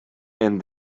and